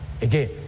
again